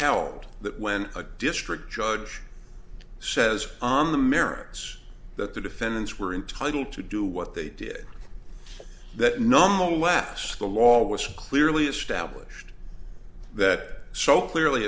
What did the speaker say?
felt that when a district judge says on the merits that the defendants were entitled to do what they did that number will last the law was clearly established that so clearly